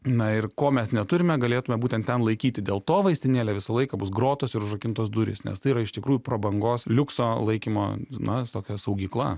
na ir ko mes neturime galėtume būtent ten laikyti dėl to vaistinėlėj visą laiką bus grotos ir užrakintos durys nes tai yra iš tikrųjų prabangos liukso laikymo na tokia saugykla